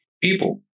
people